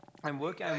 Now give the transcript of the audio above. I'm working I'm